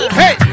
hey